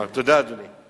תודה, אדוני.